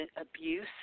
Abuse